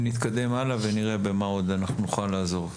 נתקדם הלאה ונראה במה עוד נוכל לעזור.